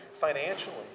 financially